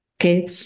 okay